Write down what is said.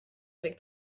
avec